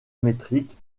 métrique